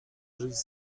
żyć